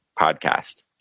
Podcast